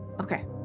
Okay